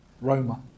Roma